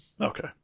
Okay